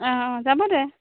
অঁ অঁ যাব দে